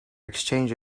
exchange